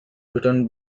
written